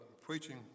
preaching